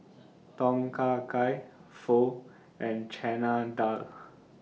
Tom Kha Gai Pho and Chana Dal